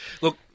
look